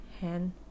hand